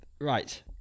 Right